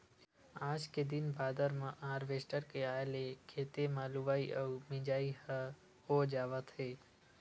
आज के दिन बादर म हारवेस्टर के आए ले खेते म लुवई अउ मिजई ह हो जावत हे